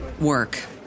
work